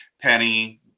Penny